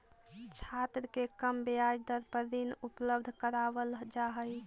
छात्र के कम ब्याज दर पर ऋण उपलब्ध करावल जा हई